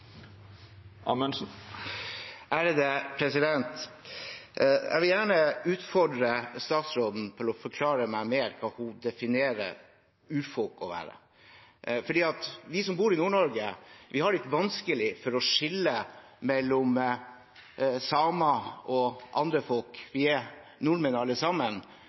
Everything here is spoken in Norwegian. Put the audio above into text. Jeg vil gjerne utfordre statsråden til å forklare meg hva hun definerer urfolk å være, for vi som bor i Nord-Norge, har litt vanskelig for å skille mellom samer og andre folk. Vi er nordmenn alle sammen,